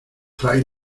fray